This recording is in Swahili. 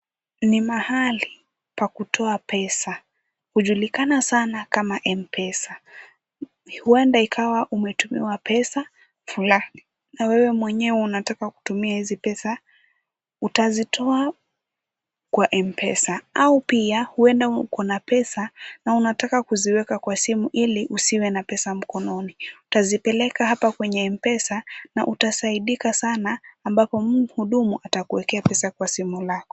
Ni mahali pa kutoa pesa, hujulikana sanaa kama Mpesa. Huenda ikawa umetumiwa pesa fulani na wewe mwenyewe unataka kutumia hizi pesa, utazitoa kwa Mpesa au pia huenda uko na pesa na unataka kuziweka kwa simu ili usiwe na pesa mkononi. Utazipeleka hapa kwenye Mpesa na utasaidika sana ambapo muhudumu atakuekea pesa kwa simu lako.